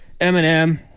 Eminem